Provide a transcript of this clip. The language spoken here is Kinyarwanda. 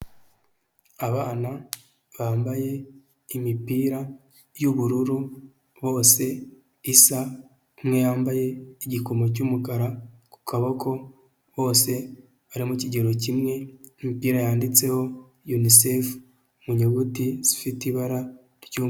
Abana kambaye imipira y'ubururu hose isa, umwe yambaye igikomo cy'umukara, ku kaboko bose bari mu kigero kimwe imipira yanditseho, Unicef mu nyuguti zifite ibara ry'umweru.